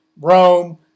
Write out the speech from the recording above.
Rome